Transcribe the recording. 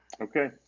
Okay